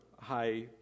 high